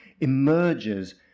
emerges